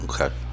Okay